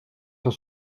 sur